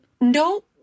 No